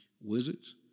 Wizards